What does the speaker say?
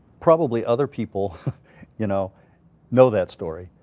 probably other people you know know that story,